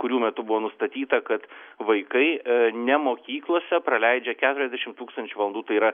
kurių metu buvo nustatyta kad vaikai ne mokyklose praleidžia keturiasdešimt tūkstančių valandų tai yra